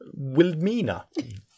Wilmina